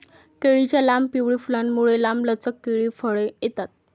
केळीच्या लांब, पिवळी फुलांमुळे, लांबलचक केळी फळे येतात